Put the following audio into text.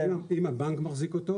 אם הבנק מחזיק אותו,